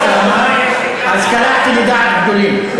אז קלעתי לדעת גדולים.